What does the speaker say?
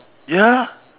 ya